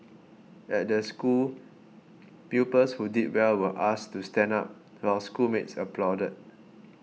at the school pupils who did well were asked to stand up while schoolmates applauded